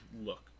look